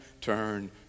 turn